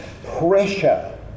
Pressure